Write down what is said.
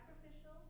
sacrificial